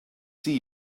see